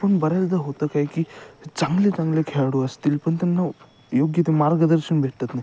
पण बऱ्याचदा होतं काय की चांगले चांगले खेळाडू असतील पण त्यांना योग्य ते मार्गदर्शन भेटत नाही